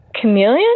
chameleon